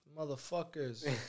motherfuckers